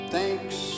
Thanks